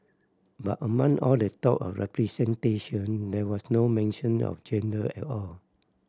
but among all the talk of representation there was no mention of gender at all